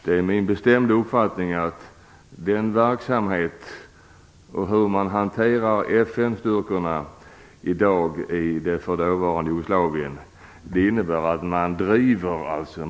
Det är min bestämda uppfattning att verksamheten och hanteringen av FN-styrkorna i det forna Jugoslavien uppenbarligen innebär att man driver med FN.